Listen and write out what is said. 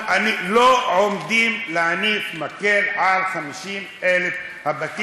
לא עומדים להניף מקל על 50,000 הבתים.